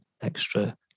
extra